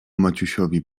maciusiowi